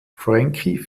frankie